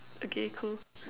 okay cool